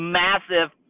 massive